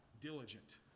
Diligent